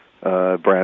Brand